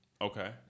Okay